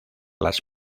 las